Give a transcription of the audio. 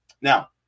Now